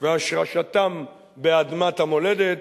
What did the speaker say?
והשרשתם באדמת המולדת.